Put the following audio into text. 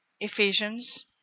Ephesians